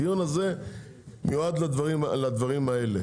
הדיון הזה מיועד לנושא הזה.